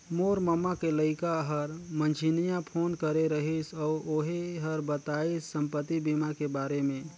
मोर ममा के लइका हर मंझिन्हा फोन करे रहिस अउ ओही हर बताइस संपति बीमा के बारे मे